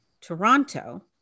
Toronto